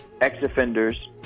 ex-offenders